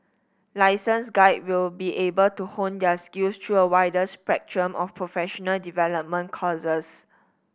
license guides will be able to hone their skills through a wider spectrum of professional development courses